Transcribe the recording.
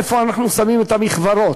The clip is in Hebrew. איפה אנחנו שמים את המכוורות,